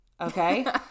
okay